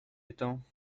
étangs